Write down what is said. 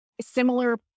similar